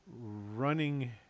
running